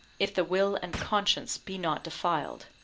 if the will and conscience be not defiled.